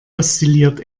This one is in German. oszilliert